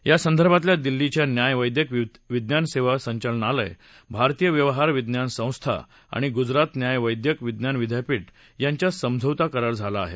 यासंदर्भात दिल्लीच्या न्याय वैद्यक विज्ञान सेवा संचलनालय भारतीय व्यवहार विज्ञान संस्था आणि गुजरात न्याय वैद्यक विज्ञान विद्यापीठ यांच्यात समझौता करार झाला आहे